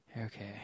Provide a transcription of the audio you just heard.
Okay